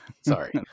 Sorry